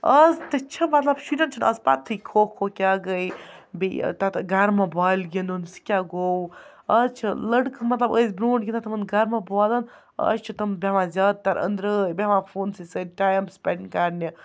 اَز تہِ چھِ مطلب شُرٮ۪ن چھِنہٕ اَز پَتہٕے کھو کھو کیٛاہ گٔے بیٚیہِ تَتھ گرمہٕ بالہِ گِنٛدُن سُہ کیٛاہ گوٚو اَز چھِ لٔڑکہٕ مطلب ٲسۍ بروںٛٹھ گِنٛدان تِمَن گرمہٕ بالَن اَز چھِ تِم بیٚہوان زیادٕ تر أنٛدرٲے بیٚہوان فونسٕے سۭتۍ ٹایم سپٮ۪نٛڈ کَرنہِ